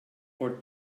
for